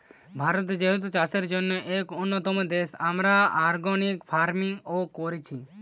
ভারত যেহেতু চাষের জন্যে এক উন্নতম দেশ, আমরা অর্গানিক ফার্মিং ও কোরছি